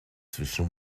zwischen